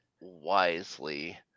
wisely